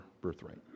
birthright